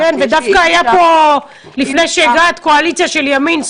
--- דווקא לפני שהגעת הייתה פה קואליציה של ימין,